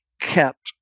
kept